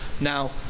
Now